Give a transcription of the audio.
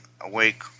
awake